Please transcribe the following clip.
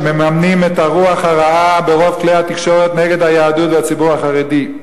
שמממנות את הרוח הרעה ברוב כלי-התקשורת נגד היהדות והציבור החרדי.